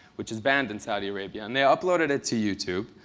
which is banned in saudi arabia. and they uploaded it to youtube.